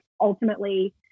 ultimately